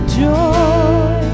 joy